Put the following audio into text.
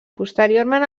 posteriorment